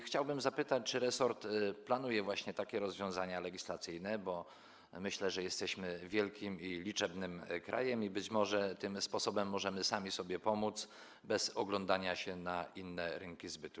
Chciałbym zapytać, czy resort planuje właśnie takie rozwiązania legislacyjne, bo myślę, że ponieważ jesteśmy wielkim i liczebnym krajem, być może tym sposobem możemy sami sobie pomóc bez oglądania się na inne rynki zbytu.